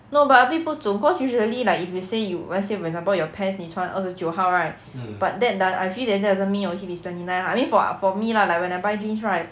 no but a bit 不准 cause usually like if you say you let's say for example your pants 你穿二十九号 right but that does~ I feel that that doesn't mean your hip is twenty nine lah I mean for for me lah like when I buy jeans right